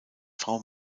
frau